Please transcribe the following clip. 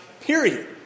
period